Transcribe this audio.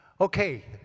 Okay